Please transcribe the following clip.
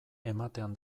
ematean